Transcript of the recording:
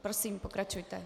Prosím, pokračujte.